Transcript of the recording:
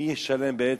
מי ישלם בעצם?